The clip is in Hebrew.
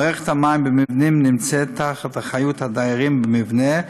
מערכת המים במבנים נמצאת באחריות הדיירים במבנה,